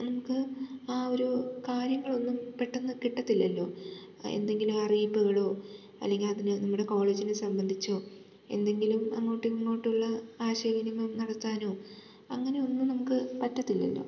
നമുക്ക് ആ ഒരു കാര്യങ്ങളൊന്നും പെട്ടെന്നു കിട്ടത്തില്ലല്ലോ എന്തെങ്കിലും അറിയിപ്പുകളോ അല്ലെങ്കിൽ അതിന് ഇവിടെ കോളേജിനെ സംബന്ധിച്ചോ എന്തെങ്കിലും അങ്ങോട്ടും ഇങ്ങോട്ടുമുള്ള ആശയ വിനിമയം നടത്താനോ അങ്ങനെ ഒന്നും നമുക്ക് പറ്റത്തില്ലല്ലോ